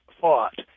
fought